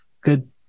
good